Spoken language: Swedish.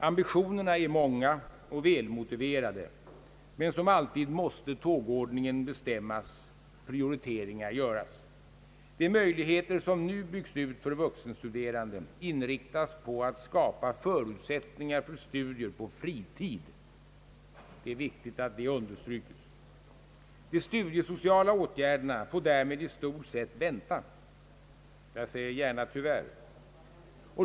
Ambitionerna är många och välmotiverade, men som alltid måste tågordningen bestämmas, prioriteringar göras. De möjligheter som nu byggs ut för vuxenstuderande inriktas på att skapa förutsättningar för studier på fritid — det är viktigt att det understrykes. De studiesociala åtgärderna får därmed i stort sett vänta, jag säger gärna tyvärr.